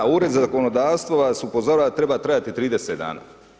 Ured za zakonodavstvo vas upozorava da treba trajati 30 dana.